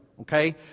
okay